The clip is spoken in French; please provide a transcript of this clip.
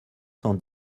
cent